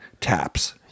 taps